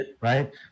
right